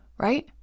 Right